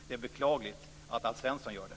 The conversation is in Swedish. Det är beklagligt att Alf Svensson gör det.